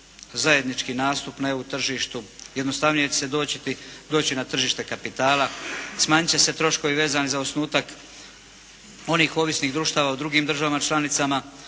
zajednički nastup na EU tržištu, jednostavno će se doći na tržište kapitala, smanjit će se troškovi vezani za osnutak onih ovisnih društava u drugim državama članicama,